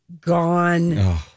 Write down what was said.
gone